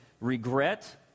regret